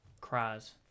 Cries